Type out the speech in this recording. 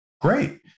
Great